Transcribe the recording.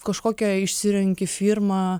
kažkokią išsirenki firmą